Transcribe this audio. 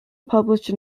published